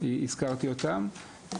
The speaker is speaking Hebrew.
הזכרתי אותן,